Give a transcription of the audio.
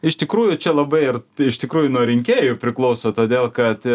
iš tikrųjų čia labai ir iš tikrųjų nuo rinkėjų priklauso todėl kad